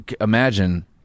imagine